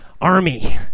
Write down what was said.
army